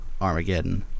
Armageddon